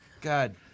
God